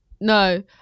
No